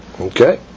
Okay